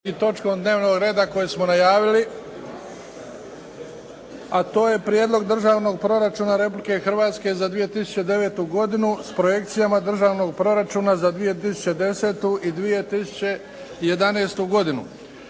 održanoj 9. prosinca 2008. godine Prijedlog državnog proračuna Republike Hrvatske za 2009. godinu, s projekcijama državnog proračuna za 2010. i 2011. godinu